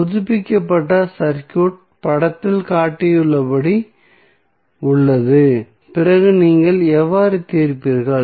புதுப்பிக்கப்பட்ட சர்க்யூட் படத்தில் காட்டப்பட்டுள்ளபடி உள்ளது பிறகு நீங்கள் எவ்வாறு தீர்ப்பீர்கள்